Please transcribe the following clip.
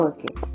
Okay